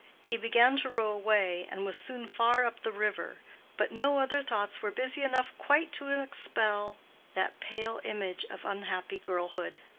he began to row away and was soon far up the river but no other thoughts were busy enough quite to expel that pale image of unhappy girlhood.